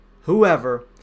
whoever